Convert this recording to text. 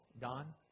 Don